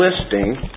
listing